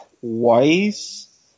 twice